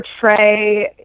portray